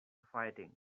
fighting